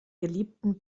geliebten